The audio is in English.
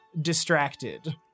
distracted